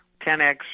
10X